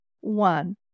One